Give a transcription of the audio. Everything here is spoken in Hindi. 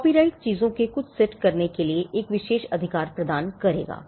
तो एक कॉपीराइट चीजों के कुछ सेट करने के लिए एक विशेष अधिकार प्रदान करेगा